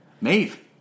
Maeve